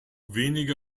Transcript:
wenige